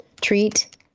treat